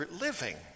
living